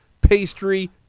pastry